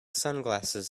sunglasses